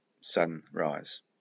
sunrise